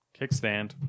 kickstand